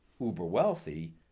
uber-wealthy